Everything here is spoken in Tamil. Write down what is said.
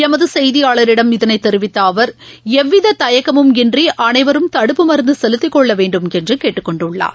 எமதுசெய்தியாளரிடம் இதனைதெரிவித்தஅவர் எவ்விததயக்கமும் இன்றிஅனைவரும் தடுப்பு மருந்துசெலுத்திக்கொள்ளவேண்டும் என்றுகேட்டுக்கொண்டுள்ளார்